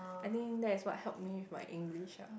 I think that is what helped me with my English ah